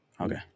okay